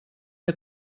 que